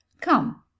come